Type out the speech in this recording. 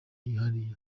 yihariye